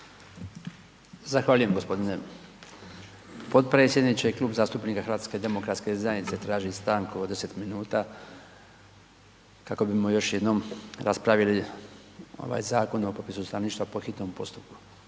Zahvaljujem g. potpredsjedniče. Klub zastupnika HDZ-a traži stanku od 10 min kako bismo još jednom raspravili ovaj Zakon o popisu stanovništva po hitnom postupku.